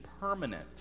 permanent